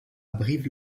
brive